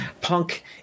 Punk